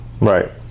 Right